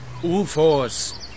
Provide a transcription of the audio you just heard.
UFOs